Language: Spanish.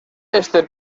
este